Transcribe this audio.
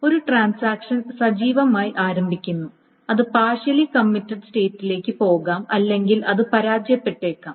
ഒരു ട്രാൻസാക്ഷൻ സജീവമായി ആരംഭിക്കുന്നു അത് പാർഷ്യലി കമ്മിറ്റഡ് സ്റ്റേറ്റിലേക്ക് പോകാം അല്ലെങ്കിൽ അത് പരാജയപ്പെട്ടേക്കാം